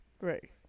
Right